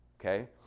okay